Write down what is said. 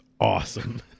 awesome